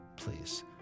please